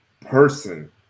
person